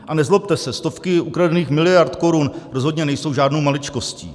A nezlobte se, stovky ukradených miliard korun rozhodně nejsou žádnou maličkostí.